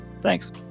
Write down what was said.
Thanks